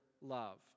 love